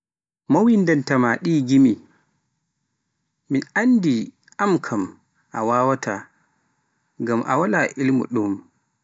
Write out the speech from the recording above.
Mo winndan ta maa ɗi gimi, min ni mi anndi an kam a wawaata ngam wala almu ɗum.